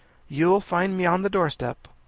you'll find me on the doorstep.